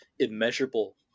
immeasurable